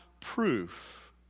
proof